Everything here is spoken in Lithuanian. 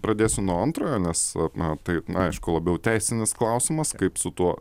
pradėsiu nuo antrojo nes na tai aišku labiau teisinis klausimas kaip su tuo